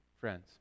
friends